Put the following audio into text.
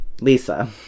Lisa